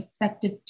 effective